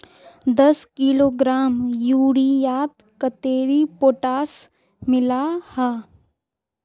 दस किलोग्राम यूरियात कतेरी पोटास मिला हाँ?